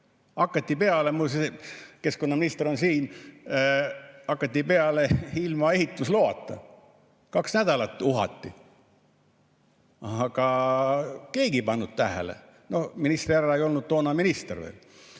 Hakati peale – keskkonnaminister on siin –, hakati peale ilma ehitusloata, kaks nädalat uhati. Aga keegi ei pannud tähele. No ministrihärra ei olnud toona minister veel. Aga